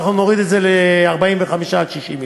ואנחנו נוריד את זה ל-45 60 יום.